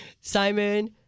Simon